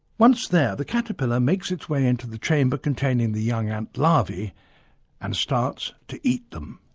once there, the caterpillar makes its way into the chamber containing the young ant larvae and starts to eat them.